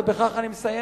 ובכך אני מסיים,